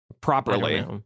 properly